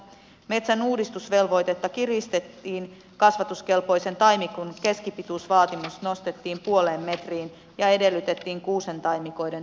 metsän uudistusvelvoitetta kiristettiin kasvatuskelpoisen taimikon keskipituusvaatimus nostettiin puoleen metriin ja edellytettiin kuusentaimikoiden turvaamista